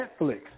Netflix